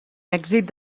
èxit